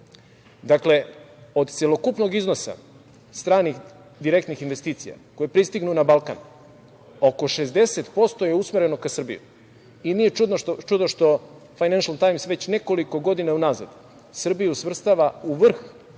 evra. Dakle, od celokupnog iznosa stranih direktnih investicija, koje pristignu na Balkan, oko 60% je usmereno ka Srbiji i nije čudno što „Fajnenšl tajms“ već nekoliko godina unazad Srbiju svrstava u vrh kada